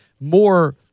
more